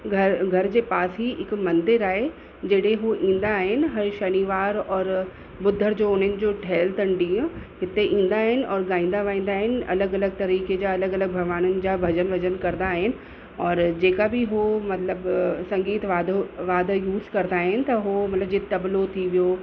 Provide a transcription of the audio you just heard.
घर घर जे पास ई हिकु मंदरु आहे जॾहिं हू ईंदा आहिनि हर शनिवार और ॿुधर जो हुननि जो ठहियलु ॾींहुं हिते ईंदा आहिनि और ॻाईंदा वाईंदा आहिनि अलॻि अलॻि तरीक़े जा अलॻि अलॻि भॻवाननि जा भॼन कंदा आहिनि और जेका बि हो मतिलबु संगीत वाद्दो वाद्द यूज़ कंदा आहिनि त हो मतिलबु जीअं तबलो थी वियो